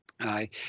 Aye